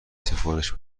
سفارش